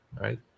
right